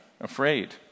afraid